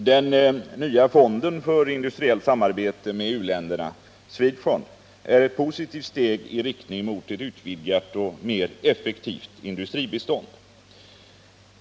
Den nya fonden för industriellt samarbete med u-länderna, Swedfund, är ett positivt steg i riktning mot ett utvidgat och mer effektivt industribistånd.